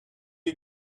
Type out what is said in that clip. you